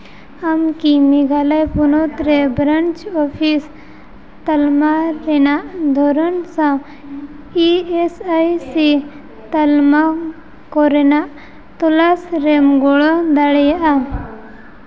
ᱟᱢ ᱠᱤ ᱢᱮᱜᱷᱟᱞᱚᱭ ᱯᱚᱱᱚᱛᱨᱮ ᱵᱨᱟᱧᱪ ᱚᱯᱷᱤᱥ ᱛᱟᱞᱢᱟ ᱨᱮᱱᱟᱜ ᱫᱷᱚᱨᱚᱱ ᱥᱟᱶ ᱤ ᱮᱹᱥ ᱟᱭ ᱥᱤ ᱛᱟᱞᱢᱟᱠᱚ ᱨᱮᱱᱟᱜ ᱛᱚᱞᱟᱥᱨᱮᱢ ᱜᱚᱲᱚ ᱫᱟᱲᱮᱭᱟᱜᱼᱟ